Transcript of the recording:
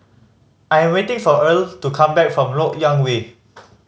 I'm waiting for Erle to come back from Lok Yang Way